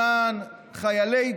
למען חיילי צה"ל,